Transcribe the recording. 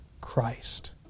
Christ